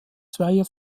zweier